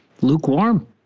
lukewarm